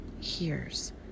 hears